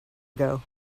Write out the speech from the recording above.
ago